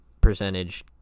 percentage